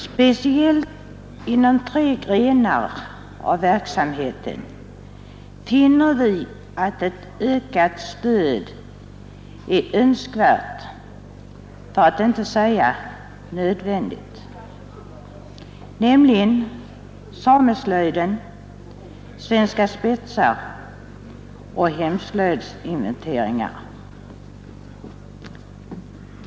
Speciellt inom tre grenar av verksamheten finner vi ett ökat stöd vara önskvärt, för att inte säga nödvändigt, nämligen sameslöjden, Svenska spetsar och hemslöjdsinventeringar.